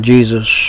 Jesus